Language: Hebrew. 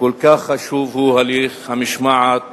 כל כך חשוב, הוא הליך המשמעת